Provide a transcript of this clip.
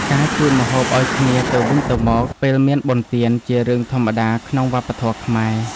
ការជូនម្ហូបឲ្យគ្នាទៅវិញទៅមកពេលមានបុណ្យទានជារឿងធម្មតាក្នុងវប្បធម៌ខ្មែរ។